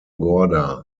gorda